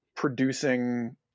producing